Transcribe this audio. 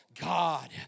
God